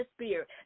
Spirit